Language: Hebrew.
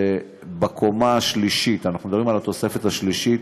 שבקומה השלישית, אנחנו מדברים על התוספת השלישית,